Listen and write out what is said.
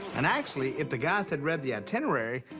and actually, if the guys had read the itinerary,